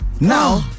Now